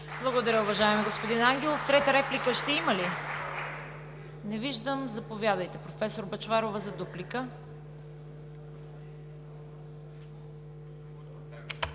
Благодаря, уважаеми господин Ангелов. Трета реплика? Не виждам. Заповядайте, проф. Бъчварова, за дуплика.